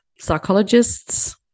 psychologists